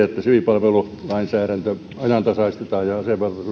että siviilipalveluslainsäädäntö ajantasaistetaan ja asevelvollisuuslainsäädäntöäkin